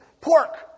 pork